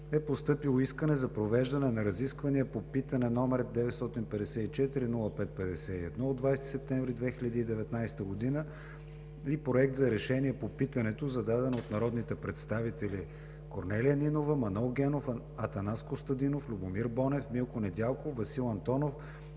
е постъпило искане за провеждане на разисквания по питане № 954-05-51 от 20 септември 2019 г. и Проект за решение по питането, зададено от народните представители Корнелия Нинова, Манол Генов, Атанас Костадинов, Любомир Бонев, Милко Недялков, Васил Антонов,